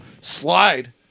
slide